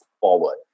forward